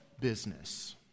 business